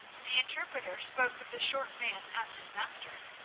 the interpreter spoke of the short man as his master,